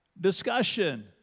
discussion